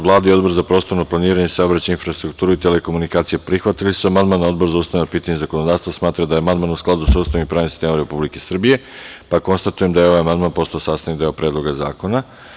Vlada i Odbor za prostorno planiranje, saobraćaj, infrastrukturu i telekomunikacije prihvatili su amandman, a Odbor za ustavna pitanja i zakonodavstvo smatra da je amandman u skladu sa Ustavom i pravnim sistemom Republike Srbije, pa konstatujem da je ovaj amandman postao sastavni deo Predloga zakona.